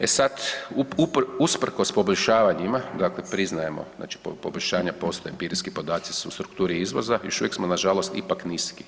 E sad, usprkos poboljšavanjima dakle priznajemo znači poboljšanja postoje pirijski podaci su u strukturi izvoza još uvijek smo nažalost ipak niski.